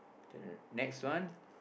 okay the next one